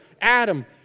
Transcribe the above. Adam